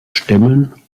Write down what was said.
stämmen